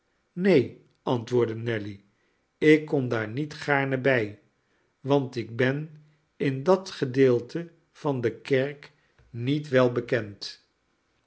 neen antwoordde nelly ik kom daar niet gaarne bij want ik ben in dat gedeelte van de kerk niet wel bekend